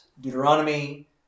Deuteronomy